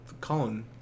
Colin